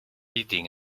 eating